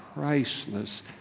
priceless